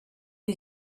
you